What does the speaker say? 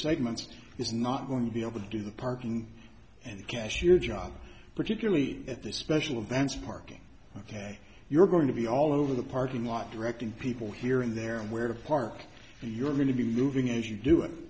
segments is not going to be able to do the parking and cashier job particularly at the special events marking ok you're going to be all over the parking lot directing people here and there and where to park and you're going to be moving as you